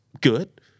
good